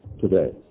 today